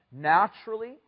Naturally